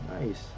Nice